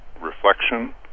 reflection